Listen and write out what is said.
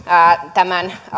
tämän